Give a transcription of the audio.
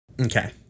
Okay